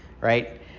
Right